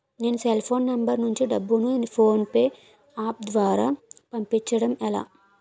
నేను cell phone number నుంచి డబ్బును ను ఫోన్పే అప్ ద్వారా పంపించడం ఎలా?